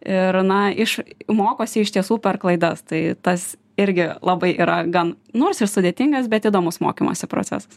ir na iš mokosi iš tiesų per klaidas tai tas irgi labai yra gan nors ir sudėtingas bet įdomus mokymosi procesas